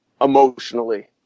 emotionally